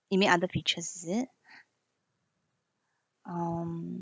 you mean other features is it um